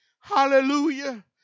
Hallelujah